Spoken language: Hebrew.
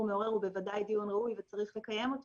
מעורר הוא בוודאי ראוי וצריך לקיים אותו.